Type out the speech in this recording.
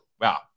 Wow